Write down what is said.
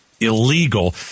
illegal